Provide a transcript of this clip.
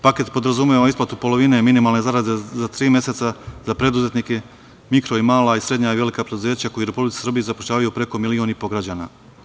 Paket podrazumeva isplatu polovine minimalne zarade za tri meseca za preduzetnike, mikro i mala i srednja i velika preduzeća koja u Republici Srbiji zapošljavaju preko 1,5 miliona građana.